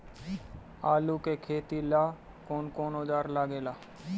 आलू के खेती ला कौन कौन औजार लागे ला?